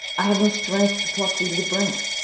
i have no strength to pluck thee to the brink.